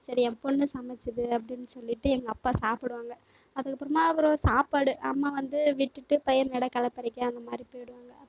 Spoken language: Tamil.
சரி என் பொண் சமைச்சது அப்படின் சொல்லிட்டு எங்கள் அப்பா சாப்பிடுவாங்க அதுக்கப்புறமாக அப்புறம் சாப்பாடு அம்மா வந்து விட்டுட்டு பயிர் நட களை பறிக்க அந்த மாதிரி போய்டுவாங்க